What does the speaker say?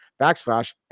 backslash